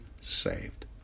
saved